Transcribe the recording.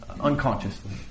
unconsciously